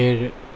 ഏഴ്